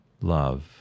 love